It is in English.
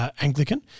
Anglican